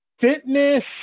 fitness